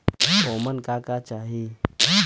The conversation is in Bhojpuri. ओमन का का चाही?